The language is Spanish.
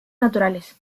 naturales